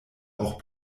auch